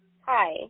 Hi